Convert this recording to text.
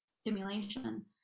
stimulation